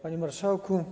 Panie Marszałku!